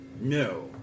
No